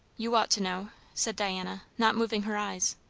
you ought to know, said diana, not moving her eyes.